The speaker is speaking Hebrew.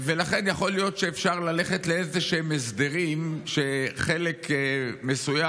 ולכן יכול להיות שאפשר ללכת לאיזשהם הסדרים שחלק מסוים,